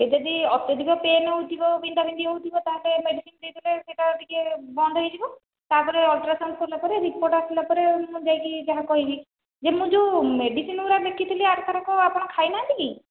ଯଦି ଅତ୍ୟଧିକ ପେନ୍ ହେଉଥିବ କି ବିନ୍ଧାବିନ୍ଧି ହେଉଥିବ ତା'ହେଲେ ମେଡ଼ିସିନ ଦେଇଦେଲେ ସେହିଟା ଟିକେ ବନ୍ଧ ହୋଇଯିବ ତା'ପରେ ଅଲଟ୍ରାସାଉଣ୍ଡ କରିଲା ପରେ ରିପୋର୍ଟ ଆସିଲା ପରେ ମୁଁ ଯାହା କହିବି ମୁଁ ଯେଉଁ ମେଡ଼ିସିନ ଗୁଡ଼ାକ ଲେଖିଥିଲି ଆର ଥରକ ଆପଣ ଖାଇନାହାନ୍ତି କି